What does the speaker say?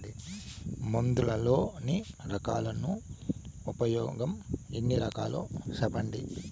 మందులలోని రకాలను ఉపయోగం ఎన్ని రకాలు? సెప్పండి?